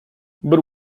but